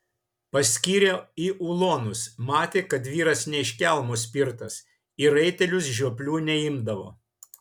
paskyrė į ulonus matė kad vyras ne iš kelmo spirtas į raitelius žioplių neimdavo